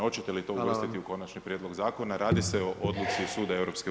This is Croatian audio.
Hoćete li to uvrstiti u konačni prijedlog [[Upadica: Hvala vam.]] zakona, radi se o odluci suda EU?